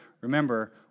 remember